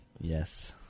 Yes